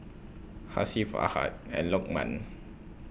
Hasif Ahad and Lokman